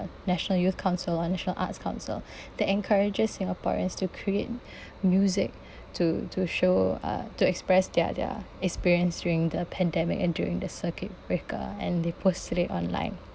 national youth council or national arts council the encourages singaporeans to create music to to show uh to express their their experience during the pandemic and during the circuit breaker and they posted it online